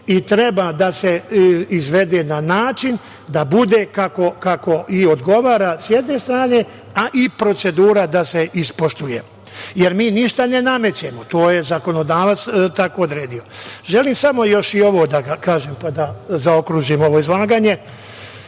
i treba da se izvede na način da bude kako i odgovara sa jedne strane, i procedura da se ispoštuje, jer mi ništa ne namećemo. To je zakonodavac tako odredio. Želim samo još i ovo da kažem, pa da zaokružimo ovo izlaganje.